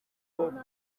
umukobwa